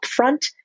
upfront